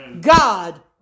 God